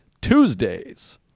TUESDAYS